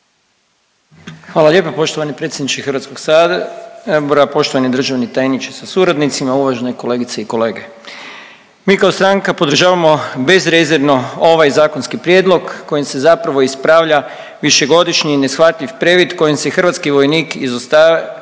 Hvala lijepa poštovani predsjedniče Hrvatskog sabora, poštovani državni tajniče sa suradnicima, uvažene kolegice i kolege. Mi kao stranka podržavamo bezrezervno ovaj zakonski prijedlog kojim se zapravo ispravlja višegodišnji i neshvatljiv previd kojim se hrvatski vojnik ostavljao